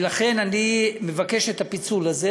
ולכן אני מבקש את הפיצול הזה,